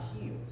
heals